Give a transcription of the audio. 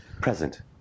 Present